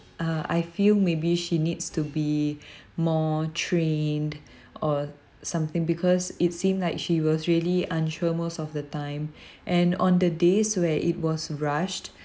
uh I feel maybe she needs to be more trained or something because it seemed like she was really unsure most of the time and on the days where it was rushed